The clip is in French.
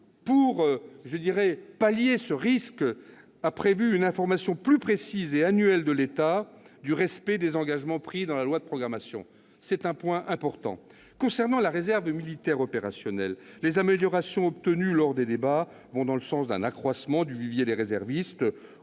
Pour pallier ce risque, le Sénat a prévu une information plus précise et annuelle sur l'état du respect des engagements pris dans la LPM. C'est un point important. Concernant la réserve militaire opérationnelle, les améliorations obtenues lors des débats vont dans le sens d'un accroissement du vivier des réservistes,